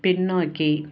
பின்னோக்கி